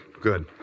Good